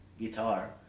guitar